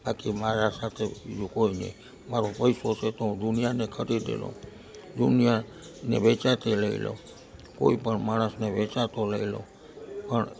બાકી મારા સાથે બીજું કોઈ નહીં મારો પૈસો છેતો હું દુનિયાને ખરીદી લઉં દુનિયાને વેચાતી લઈ લઉ કોઈપણ માણસને વેચાતો લઈ લઉં પણ